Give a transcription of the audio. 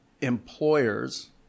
employers